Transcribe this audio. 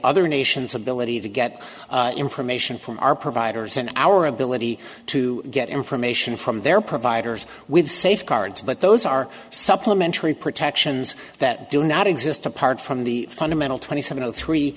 other nations ability to get in permission from our providers and our ability to get information from their providers with safeguards but those are supplementary protections that do not exist apart from the fundamental twenty seven